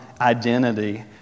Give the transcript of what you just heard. identity